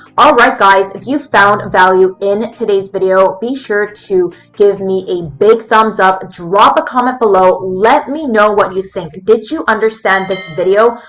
alright guys, if you found value in today's video, be sure to give me a big thumbs up. drop a comment below. let me know what you think, did you understand this video?